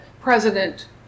President